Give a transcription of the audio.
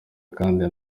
kandi